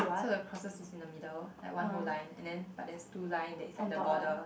so the crosster is in the middle like one whole line and then but there's two line that is like the boarder